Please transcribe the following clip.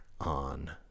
on